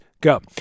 go